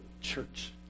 church